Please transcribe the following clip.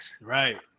Right